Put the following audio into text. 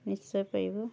নিশ্চয় পাৰিব